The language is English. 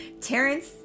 Terrence